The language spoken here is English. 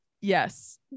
yes